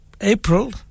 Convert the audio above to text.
April